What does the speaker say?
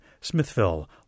Smithville